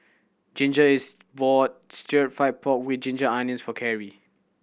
Ginger is bought Stir Fried Pork With Ginger Onions for Karrie